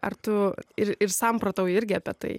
ar tu ir ir samprotauja irgi apie tai